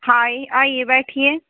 हाय आइए बैठिए